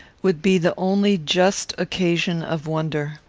would be the only just occasion of wonder.